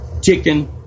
chicken